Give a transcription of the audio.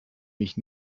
mich